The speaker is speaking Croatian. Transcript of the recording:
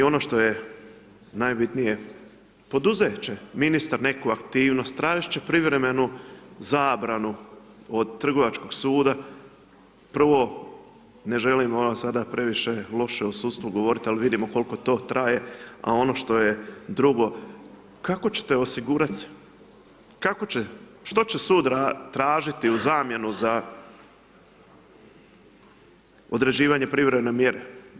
I ono što je najbitnije poduzet će ministar neku aktivnost, tražit će privremenu zabranu od Trgovačkog suda, prvo ne želimo vam sada previše loše o sudstvu govorit al vidimo kolko to traje, a ono što je drugo kako ćete osigurat se, kako će, što će sud tražiti u zamjenu za određivanje privremen mjere.